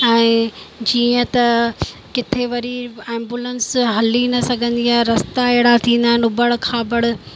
ऐं जीअं त किथे वरी एम्बूलेंस हली न सघंदी आहे रस्ता अहिड़ा थींदा आहिनि उबड़ खाबड़